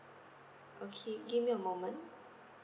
okay give me a moment